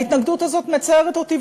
ההתנגדות הזאת מצערת אותי,